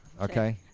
Okay